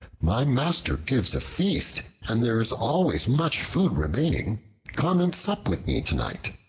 my master gives a feast, and there is always much food remaining come and sup with me tonight.